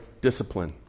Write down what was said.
discipline